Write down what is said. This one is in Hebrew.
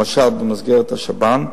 למשל במסגרת השב"ן,